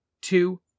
two